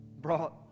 brought